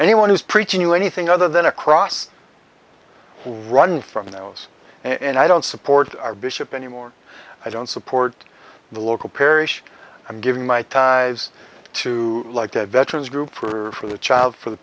anyone who's preaching you anything other than a cross who run from those and i don't support our bishop anymore i don't support the local parish i'm giving my ties to like a veterans group for the child for the